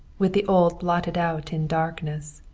with the old blotted out in darkness.